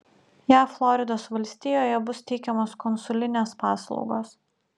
jav floridos valstijoje bus teikiamos konsulinės paslaugos